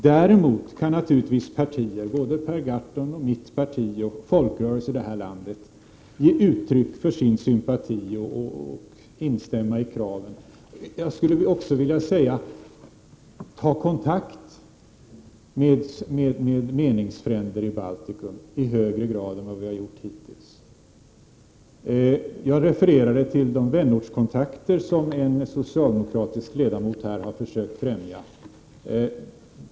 Däremot kan naturligtvis partier — såväl Per Gahrtons som mitt parti — och folkrörelser i detta land ge uttryck för sin sympati och instämma i kraven. Jag skulle också vilja säga att vi skall ta kontakt med meningsfränder i Baltikum i högre grad än vad vi har gjort hittills. Jag har refererat till de vänortskontakter som en socialdemokratisk ledamot har försökt främja.